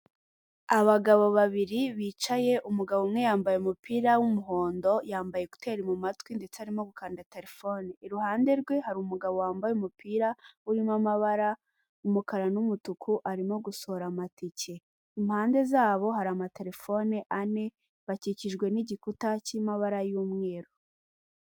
Abagabo babiri bicaye umugabo umwe yambaye umupira w'umuhondo yambaye koteri mu mu matwi ndetse arimo gukanda telefone, iruhande rwe hari umugabo wambaye umupira urimo amabara umukara n'umutuku arimo gusohora amatike, impande zabo hari amaterefone ane bakikijwe n'igikuta cy'amabara y'umweru.